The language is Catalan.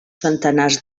centenars